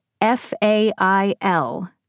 F-A-I-L